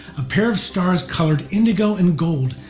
a pair of stars colored indigo and gold,